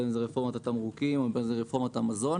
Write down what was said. בין אם זו רפורמת התמרוקים ובין אם זו רפורמת המזון